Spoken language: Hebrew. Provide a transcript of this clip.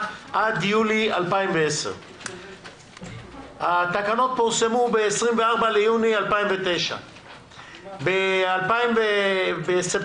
עד יולי 2010. התקנות פורסמו ב-24 ביוני 2009. בספטמבר